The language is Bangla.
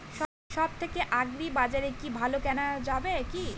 সব থেকে আগ্রিবাজারে কি ভালো কেনা যাবে কি?